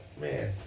man